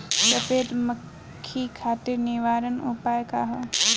सफेद मक्खी खातिर निवारक उपाय का ह?